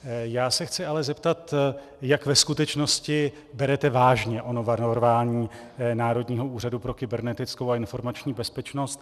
Já se chci ale zeptat, jak ve skutečnosti berete vážně ono varování Národního úřadu pro kybernetickou a informační bezpečnost.